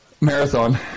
Marathon